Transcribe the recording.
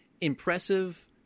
impressive